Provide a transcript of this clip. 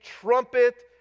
trumpet